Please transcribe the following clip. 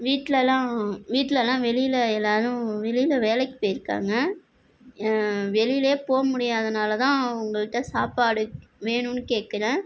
வீட்டிலலாம் வீட்டிலலாம் வெளியில எல்லாரும் வெளியில வேலைக்கு போயிருக்காங்க வெளியிலே போக முடியாததால தான் உங்கள்கிட்ட சாப்பாடு வேணும்னு கேட்குறேன்